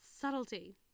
Subtlety